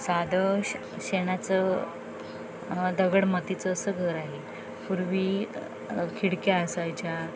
साधं श शेणाचं दगडमातीचं असं घर आहे पूर्वी खिडक्या असायच्या